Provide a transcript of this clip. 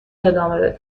دامه